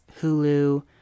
Hulu